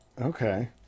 Okay